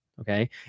Okay